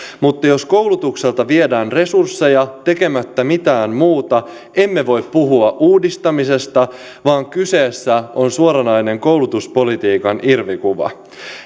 mutta jos koulutukselta viedään resursseja tekemättä mitään muuta emme voi puhua uudistamisesta vaan kyseessä on suoranainen koulutuspolitiikan irvikuva